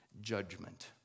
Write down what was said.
judgment